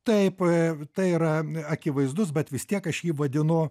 taip tai yra akivaizdus bet vis tiek aš jį vadinu